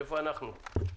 איפה אנחנו?